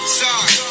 sorry